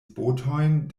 botojn